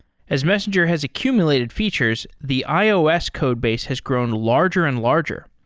as messenger has accumulated features, the ios codebase has grown larger and larger.